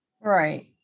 Right